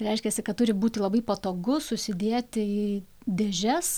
reiškiasi kad turi būti labai patogu susidėti į dėžes